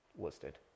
listed